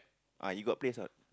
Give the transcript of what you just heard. ah you got place or